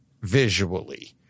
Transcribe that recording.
visually